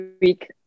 week